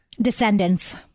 descendants